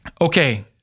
Okay